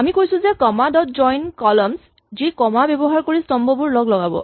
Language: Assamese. আমি কৈছো যে কমা ডট জইন কলমছ যি কমা ব্যৱহাৰ কৰি স্তম্ভবোৰ লগলগাব